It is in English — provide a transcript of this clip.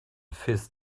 fizz